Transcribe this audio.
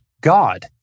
God